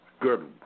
good